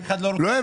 אף אחד לא רוצה,